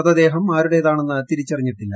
മൃതദേഹം ആരുടേതാണെന്ന് തിരിച്ചറിഞ്ഞിട്ടില്ല